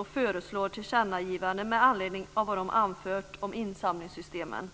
De föreslår tillkännagivanden med anledning av vad de anfört om insamlingssystemen,